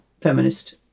feminist